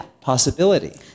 possibility